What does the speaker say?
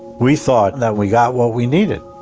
we thought that we got what we needed.